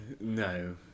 no